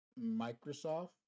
Microsoft